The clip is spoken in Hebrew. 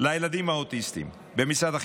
לילדים האוטיסטים במשרד החינוך.